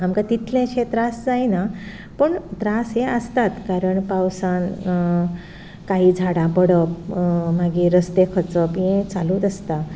आमकां तितलेशे त्रास जायना पूण त्रास हे आसताच कारण पावसान काही झाडां पडप मागीर रस्ते खचप हें चालूच आसता